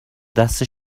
دست